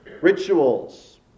rituals